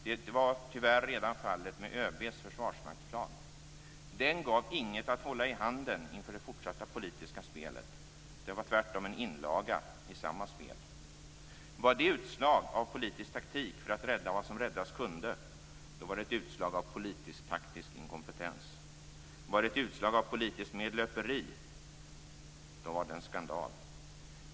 Det var tyvärr redan fallet med ÖB:s försvarsmaktsplan. Den gav inget att hålla i handen inför det fortsatta politiska spelet utan var tvärtom en inlaga i samma spel. Var det ett utslag av politisk taktik för att rädda vad som räddas kunde, då var det ett utslag av politisk-taktisk inkompetens. Var det ett utslag av politiskt medlöperi, då var det en skandal.